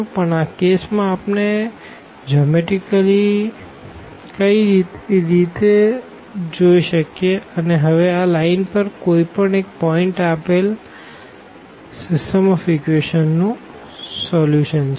પણ આ કેસ માં આપણે જીઓમેટરીકલ રીતે જૂઈ શકીએ અને હવે આ લાઈન પર કોઈ પણ પોઈન્ટ એ આપેલ સીસ્ટમ ઓફ ઇકવેશંસ નું સોલ્યુશન છે